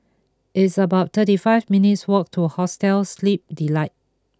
it's about thirty five minutes' walk to Hostel Sleep Delight